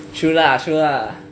true lah true lah